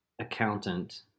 Accountant